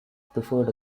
preferred